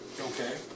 Okay